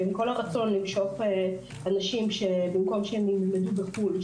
ועם כל הרצון למשוך אנשים ללמוד בארץ במקום ללמוד בחו"ל,